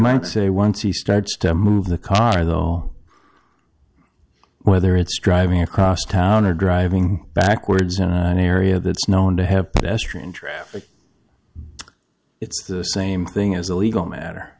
might say once he starts to move the car though whether it's driving across town or driving backwards in an area that's known to have been estranged it's the same thing as a legal matter